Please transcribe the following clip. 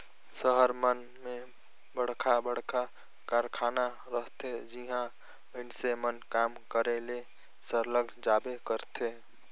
सहर मन में बड़खा बड़खा कारखाना रहथे जिहां मइनसे मन काम करे ले सरलग जाबे करथे